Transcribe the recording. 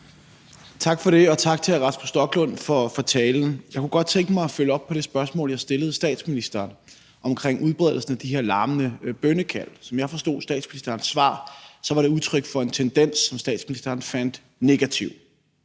Tak for det, og tak til hr. Rasmus Stoklund for talen. Jeg kunne godt tænke mig at følge op på det spørgsmål, jeg stillede statsministeren omkring udbredelsen af de her larmende bønnekald. Som jeg forstod statsministerens svar, var det udtryk for en tendens, som statsministeren fandt negativ.